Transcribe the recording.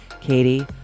Katie